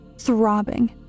throbbing